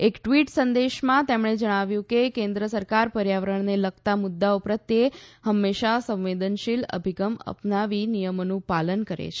એક ટ્વીટ સંદેશામાં તેમણે જણાવ્યું કે કેન્દ્ર સરકાર પર્યાવરણને લગતાં મુદ્દાઓ પ્રત્યે હંમેશા સંવેદનશીલ ભિગમ પનાવી નિયમોનું પાલન કરે છે